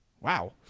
Wow